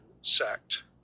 sect